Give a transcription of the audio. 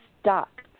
stuck